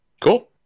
Cool